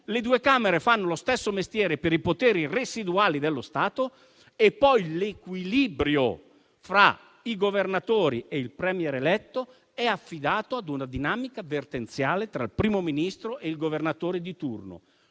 le due Camere fanno lo stesso mestiere per i poteri residuali dello Stato e poi l'equilibrio fra i Governatori e il *Premier* eletto è affidato a una dinamica vertenziale tra il Primo Ministro e il Governatore di turno.